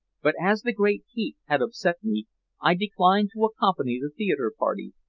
but as the great heat had upset me i declined to accompany the theater-party,